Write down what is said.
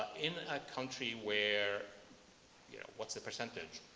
in a country where yeah what's the percentage?